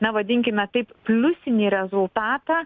na vadinkime taip pliusinį rezultatą